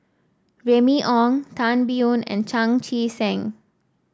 Remy Ong Tan Biyun and Chan Chee Seng